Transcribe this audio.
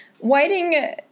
Waiting